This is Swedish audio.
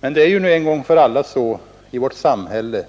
Men det är ju en gång för alla så i vårt samhälle, att